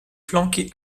flanqué